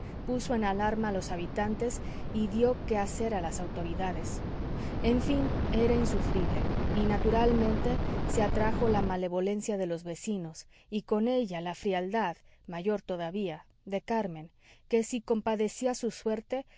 puso en alarma a los habitantes y dió que hacer a sus autoridades en fin era insufrible y naturalmente se atrajo la malevolencia de los vecinos y con ella la frialdad mayor todavía de carmen que si compadecía su suerte